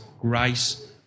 grace